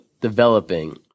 developing